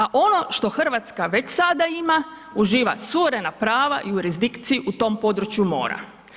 A ono što Hrvatska već sada ima uživa suverena prava jurisdikciji u tom području mora.